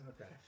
Okay